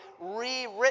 rewritten